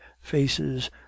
faces